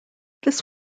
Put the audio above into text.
this